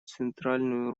центральную